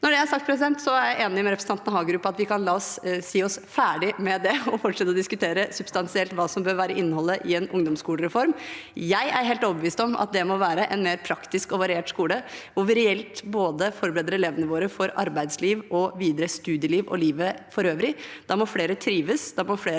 Når det er sagt, er jeg enig med representanten Hagerup i at vi kan si oss ferdig med det og fortsette å diskutere substansielt hva som bør være innholdet i en ungdomsskolereform. Jeg er helt overbevist om at det må være en mer praktisk og variert skole, hvor vi reelt både forbereder elevene våre for arbeidsliv, videre studieliv og livet for øvrig. Da må flere trives. Da må flere